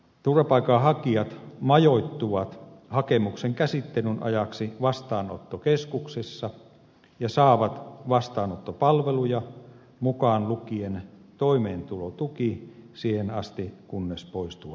turvapaikanhakijat majoittuvat hakemuksen käsittelyn ajaksi vastaanottokeskuksissa ja saavat vastaanottopalveluja mukaan lukien toimeentulotuki siihen asti kunnes poistuvat maasta